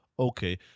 Okay